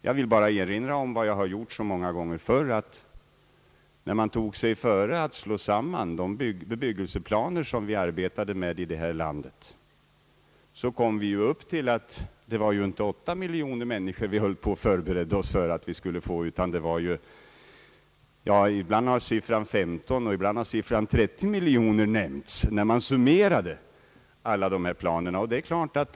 Jag vill bara, som så många gånger förr, erinra om att när vi tog oss före att slå samman de bebyggelseplaner, som vi arbetade med i vårt land, fann vi att det inte var 8 miljoner människor vi förberedde oss på att få utan betydligt fler; ibland har 15 miljoner och ibland 40 miljoner nämnts när man summerat alla dessa planer.